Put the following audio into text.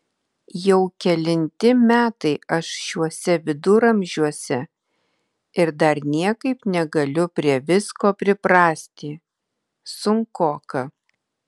jau kelinti metai aš šiuose viduramžiuose ir dar niekaip negaliu prie visko priprasti sunkoka